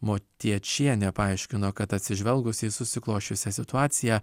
motiečienė paaiškino kad atsižvelgus į susiklosčiusią situaciją